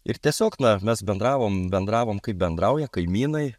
ir tiesiog na mes bendravom bendravom kaip bendrauja kaimynai